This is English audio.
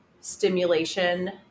stimulation